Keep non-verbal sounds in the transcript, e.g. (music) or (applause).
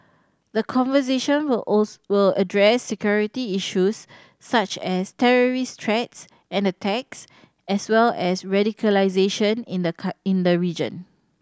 the conversation will (unintelligible) will address security issues such as terrorist threats and attacks as well as radicalisation in the (unintelligible) in the region